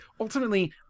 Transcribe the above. ultimately